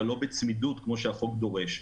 אבל לא בצמידות כמו שדורש החוק.